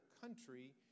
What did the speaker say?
country